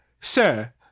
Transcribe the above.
sir